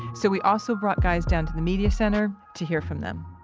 so we also brought guys down to the media center to hear from them